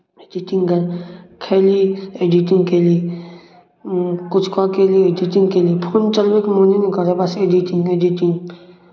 editing खयली editing कयली किछु कऽ कऽ अयली एडिटिंग कयली फोन चलबयके मोने नहि करैए बस एडिटिंग एडिटिंग